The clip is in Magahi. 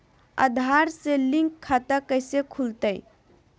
आधार से लिंक खाता कैसे खुलते?